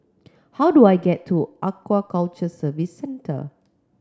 how do I get to Aquaculture Services Centre